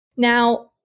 Now